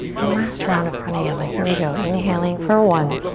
and last round of pranayama, here we go. inhaling for one,